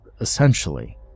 essentially